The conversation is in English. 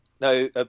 no